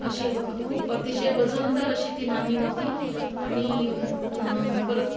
अशी व् खूप अतिशय वजनदार अशी ती नाणी होती आणि न् परत